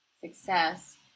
success